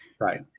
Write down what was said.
Right